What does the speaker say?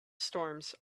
storms